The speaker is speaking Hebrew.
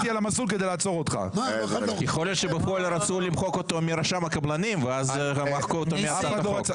יש משפט רוסי שאומר שוטקה שוטקה ואני לא רוצה להגיד את ההמשך,